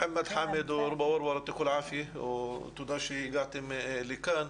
מוחמד חאמד ורובא וורוור, תודה שהגעתם לכאן.